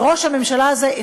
וראש הממשלה הזה,